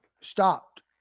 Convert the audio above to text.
stopped